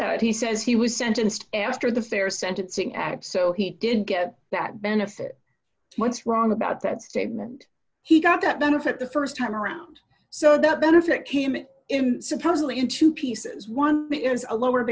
that he says he was sentenced after the fair sentencing ab so he did get that benefit what's wrong about that statement he got that benefit the st time around so that benefit came in him supposedly in two pieces one is a lower